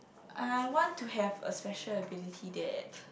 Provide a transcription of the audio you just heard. I want to have a special ability that